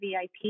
VIP